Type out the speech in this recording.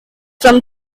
from